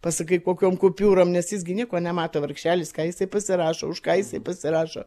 pasakai kokiom kupiūrom nes jis gi nieko nemato vargšelis ką jisai pasirašo už ką jisai pasirašo